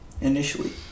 initially